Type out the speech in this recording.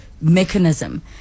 mechanism